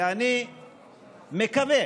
ואני מקווה